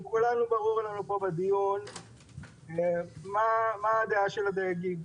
ולכולנו ברור בדיון מה הדעה של הדייגים.